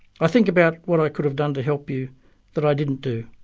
i think about what i could have done to help you that i didn't do.